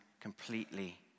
completely